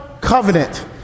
covenant